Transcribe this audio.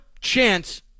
chance